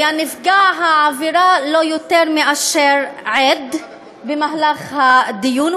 היה נפגע העבירה לא יותר מאשר עד במהלך הדיון.